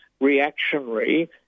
reactionary